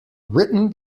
written